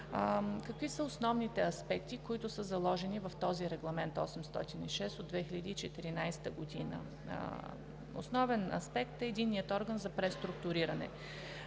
Какви са основните аспекти, които са заложени в Регламент № 806 от 2014 г.? Основен аспект е Единният орган за преструктуриране.